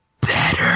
better